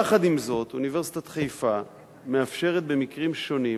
יחד עם זאת אוניברסיטת חיפה מאפשרת במקרים שונים